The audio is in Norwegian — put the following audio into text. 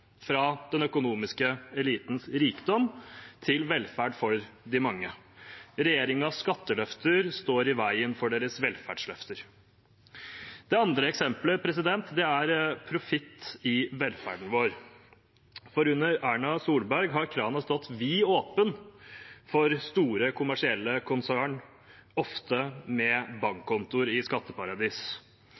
fra den økonomiske elitens rikdom til velferd for de mange. Regjeringens skatteløfter står i veien for deres velferdsløfter. Det andre eksemplet er profitt i velferden vår. Under Erna Solberg har kranen stått vidåpen for store kommersielle konsern, ofte med bankkontoer i skatteparadis.